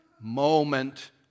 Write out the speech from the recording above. moment